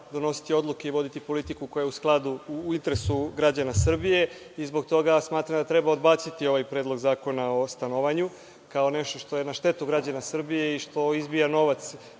donositi odluke i voditi politiku koja je u interesu građana Srbije i zbog toga smatram da treba odbaciti ovaj Predlog zakona o stanovanju, kao nešto što je na štetu građana Srbije i što izbija novac